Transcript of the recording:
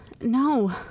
No